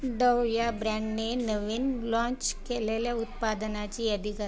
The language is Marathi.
डव या ब्रँडने नवीन लाँच केलेल्या उत्पादनाची यादी करा